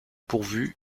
pourvu